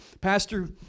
pastor